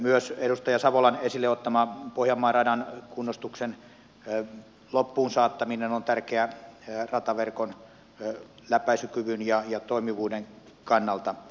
myös edustaja savolan esille ottama pohjanmaan radan kunnostuksen loppuun saattaminen on tärkeä rataverkon läpäisykyvyn ja toimivuuden kannalta